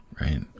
right